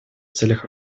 целях